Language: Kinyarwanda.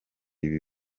ibi